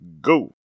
go